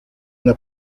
una